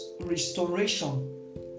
restoration